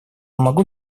могу